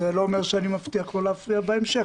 זה לא אומר שאני מבטיח לא להפריע בהמשך.